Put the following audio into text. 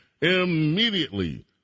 Immediately